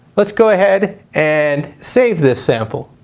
let's go ahead and save this sample.